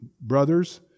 brothers